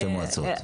ראשי מועצות.